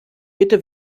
bitte